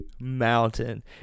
mountain